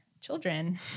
children